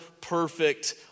perfect